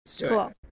cool